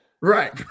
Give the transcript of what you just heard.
right